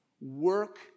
Work